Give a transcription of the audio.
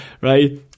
right